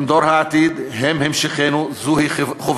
הם דור העתיד, הם המשכנו, וזוהי חובתנו.